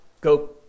go